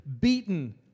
beaten